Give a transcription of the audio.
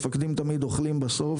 מפקדים תמיד אוכלים בסוף,